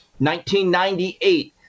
1998